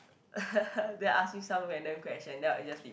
then ask me some random question then I'll just rep~